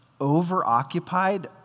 overoccupied